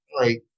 right